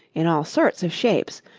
in all sorts of shapes,